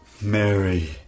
Mary